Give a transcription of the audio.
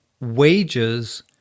wages